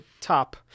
top